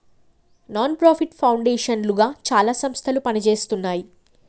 non profit foundation లుగా చాలా సంస్థలు పనిజేస్తున్నాయి